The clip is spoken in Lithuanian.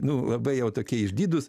nu labai jau tokie išdidūs